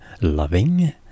loving